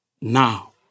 now